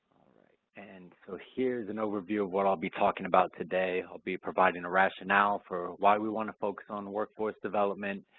right and so here's an overview of what i'll be talking about today. i'll be providing a rationale for why we want to focus on workforce development,